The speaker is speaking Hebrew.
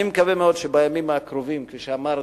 אני מקווה מאוד שבימים הקרובים, כפי שאמרתי,